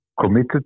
committed